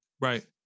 Right